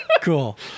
Cool